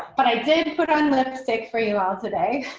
but i did put on lipstick for you all today.